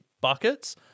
buckets